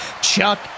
Chuck